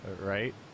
Right